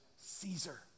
caesar